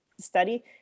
study